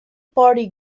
party